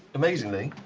amazingly.